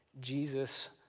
Jesus